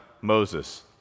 Moses